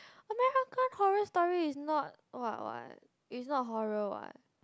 American-Horror-Story is not what what is not horror what